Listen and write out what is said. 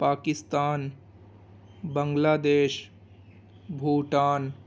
Pakistan Bangladesh Bhutan